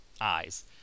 eyes